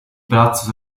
palazzo